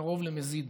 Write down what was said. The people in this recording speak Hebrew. שקרוב למזיד,